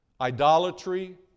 Idolatry